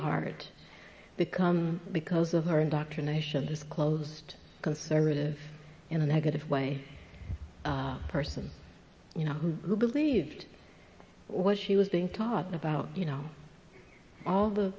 hearted become because of her indoctrination disclosed conservative in a negative way person you know who believed what she was being taught about you know all the